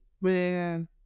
man